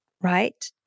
right